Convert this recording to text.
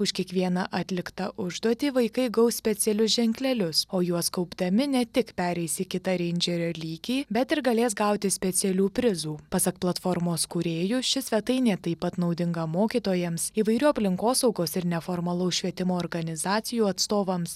už kiekvieną atliktą užduotį vaikai gaus specialius ženklelius o juos kaupdami ne tik pereis į kitą reindžerio lygį bet ir galės gauti specialių prizų pasak platformos kūrėjų ši svetainė taip pat naudinga mokytojams įvairių aplinkosaugos ir neformalaus švietimo organizacijų atstovams